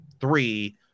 three